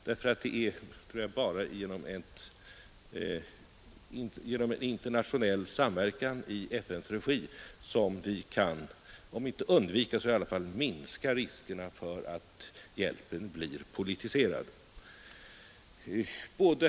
Det är bara genom en internationell samverkan i FN:s regi som vi kan om inte undvika så i alla fall minska riskerna för att hjälpen blir politiserad.